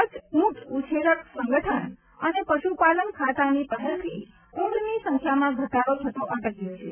કચ્છ ઊંટ ઉછેરક સંગઠ્ઠન અને પશુપાલન ખાતાની પહેલથી ઊંટની સંખ્યામાં ઘટાડો થતો અટક્યો છે